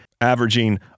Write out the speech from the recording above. averaging